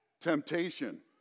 temptation